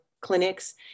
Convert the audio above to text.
clinics